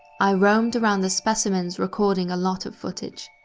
i roamed around the specimens recording a lot of footage.